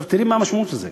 תראי מה המשמעות של זה,